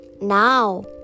Now